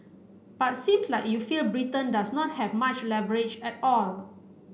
but seems like you feel Britain does not have much leverage at all